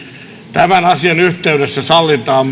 tämän asian yhteydessä sallitaan